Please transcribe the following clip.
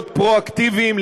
להיות פרואקטיביים,